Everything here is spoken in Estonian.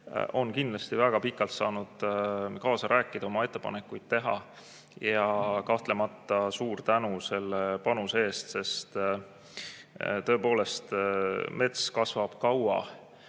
on kindlasti väga pikalt saanud kaasa rääkida, oma ettepanekuid teha. Kahtlemata suur tänu selle panuse eest! Tõepoolest, mets kasvab kaua